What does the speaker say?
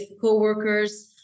co-workers